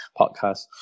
podcast